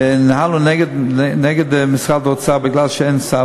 ניהלנו נגד משרד האוצר מפני שאין סל,